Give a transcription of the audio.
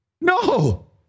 No